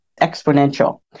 exponential